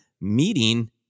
meeting